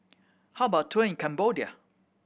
how about a tour in Cambodia